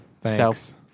Thanks